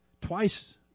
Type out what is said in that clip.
Twice